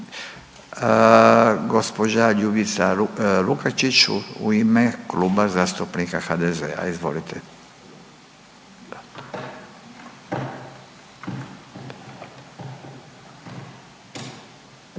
gđa. Ljubica Lukačić u ime Kluba zastupnika HDZ-a, izvolite.